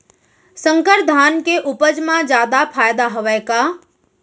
संकर धान के उपज मा जादा फायदा हवय का?